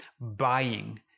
buying